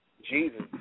Jesus